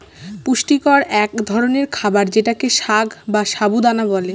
পুষ্টিকর এক ধরনের খাবার যেটাকে সাগ বা সাবু দানা বলে